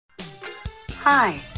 Hi